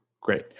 Great